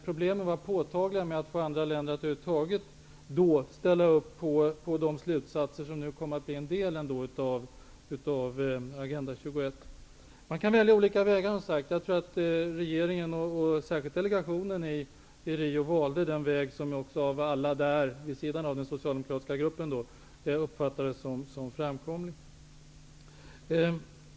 Problemet att få andra länder att då över huvud taget ställa upp på de slutsatser som nu ändå kommer att bli en del av Agenda 21 var påtagligt. Man kan, som sagt, välja olika vägar. Jag tror att regeringen, och särskilt delegationen i Rio, valde den väg som av alla där, förutom den socialdemokratiska gruppen, uppfattades som framkomlig.